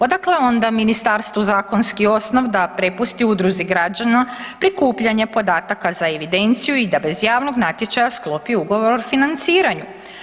Odakle onda ministarstvu zakonski osnov da prepusti udruzi građana prikupljanje podataka za evidenciju i da bez javnog natječaja sklopi ugovor o financiranju.